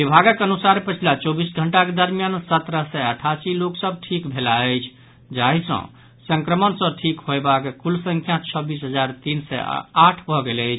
विभागक अनुसार पछिला चौबीस घंटाक दरमियान सत्रह सय अठासी लोक सभ ठीक भेलाह अछि जाहि सँ संक्रमण सँ ठीक होयबाक कुल संख्या छब्बीस हजार तीन सय आठ भऽ गेल अछि